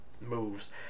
moves